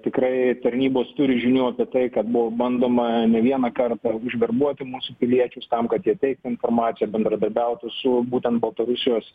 tikrai tarnybos turi žinių apie tai kad buvo bandoma ne vieną kartą užverbuoti mūsų piliečius tam kad jie teiktų informaciją bendradarbiautų su būtent baltarusijos